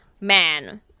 man